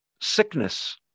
sickness